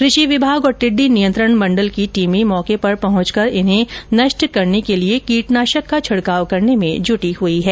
कृषि विभाग और टिड्डी नियंत्रण मण्डल की टीमे मौके पर पहुंचकर इन्हें नष्ट करने के लिए कीटनाशक का छिडकाव करने में जुटी है